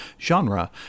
genre